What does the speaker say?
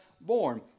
born